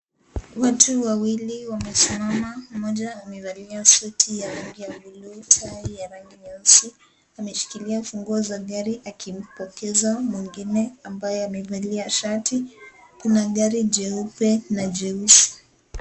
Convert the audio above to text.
Watu wawili wamesimama, mmoja amevalia suti ya rangi ya buluu, tai ya rangi nyeusi. Amwshikilia funguo za gari akimpokeza mwingine ambaye amevalia shati, kuna gari jeupe na jeusi.